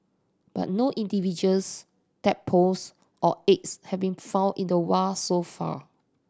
but no individuals tadpoles or eggs have been found in the wild so far